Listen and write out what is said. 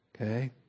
okay